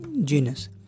genus